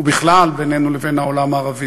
ובכלל בינינו לבין העולם הערבי,